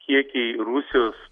kiekiai rusijos